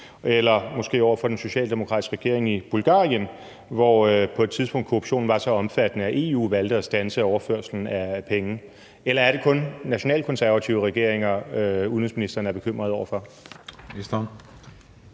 eller måske over for den socialdemokratiske regering i Bulgarien, hvor korruptionen på et tidspunkt var så omfattende, at EU valgte at standse overførslen af penge. Eller er det kun nationalkonservative regeringer, udenrigsministeren er bekymret over for?